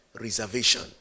reservation